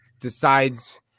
decides